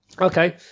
Okay